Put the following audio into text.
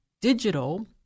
digital